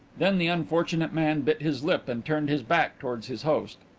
then the unfortunate man bit his lip and turned his back towards his host.